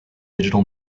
digital